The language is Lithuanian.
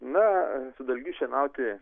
na su dalgiu šienauti